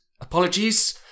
Apologies